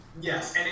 Yes